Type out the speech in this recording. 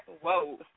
whoa